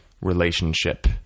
relationship